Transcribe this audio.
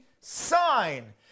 sign